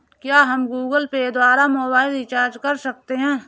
क्या हम Google Pay द्वारा मोबाइल रिचार्ज कर सकते हैं?